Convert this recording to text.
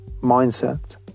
mindset